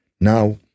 Now